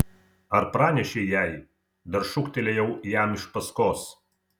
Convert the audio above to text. ar pranešei jai dar šūktelėjau jam iš paskos